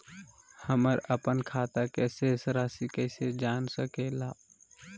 हमर अपन खाता के शेष रासि कैसे जान सके ला?